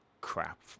crap